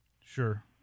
Sure